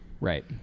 Right